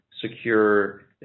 secure